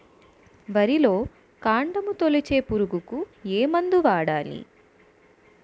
వరిలో కాండము తొలిచే పురుగుకు ఏ మందు వాడాలి?